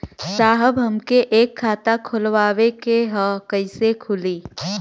साहब हमके एक खाता खोलवावे के ह कईसे खुली?